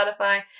Spotify